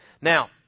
Now